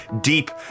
deep